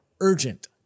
urgent